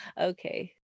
Okay